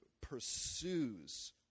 pursues